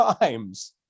times